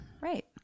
Right